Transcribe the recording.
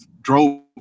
drove